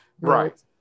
Right